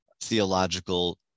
theological